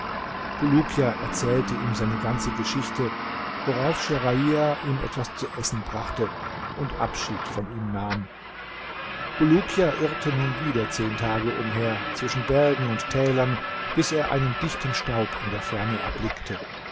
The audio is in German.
bulukia erzählte ihm seine ganze geschichte worauf scherahia ihm etwas zu essen brachte und abschied von ihm nahm bulukia irrte nun wieder zehn tage umher zwischen bergen und tälern bis er einen dichten staub in der ferne erblickte